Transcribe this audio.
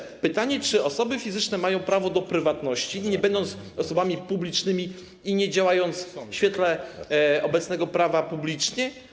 Nasuwa się pytanie, czy osoby fizyczne mają prawo do prywatności, nie będąc osobami publicznymi i nie działając, w świetle obecnego prawa, publicznie.